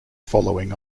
following